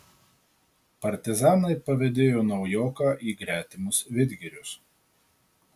partizanai pavedėjo naujoką į gretimus vidgirius